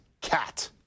cat